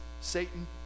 Satan